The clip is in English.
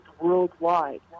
worldwide